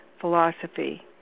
philosophy